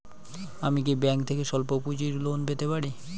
আমি কি ব্যাংক থেকে স্বল্প পুঁজির লোন পেতে পারি?